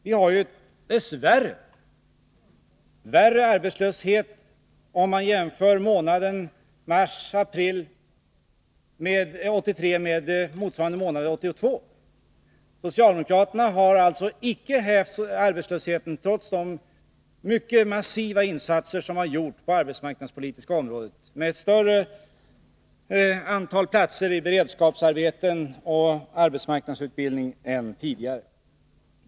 Vi har dess värre större arbetslöshet nu, om man jämför mars-april 1983 med motsvarande månader 1982. Socialdemokraterna har alltså inte hävt arbetslösheten trots de mycket massiva insatser som har gjorts på det arbetsmarknadspolitiska området med ett större antal beredskapsarbeten och ett större antal platser i arbetsmarknadsutbildning än tidigare.